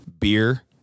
beer